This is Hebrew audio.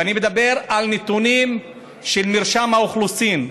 ואני מדבר על נתונים של מרשם האוכלוסין,